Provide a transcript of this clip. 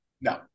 No